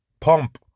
pump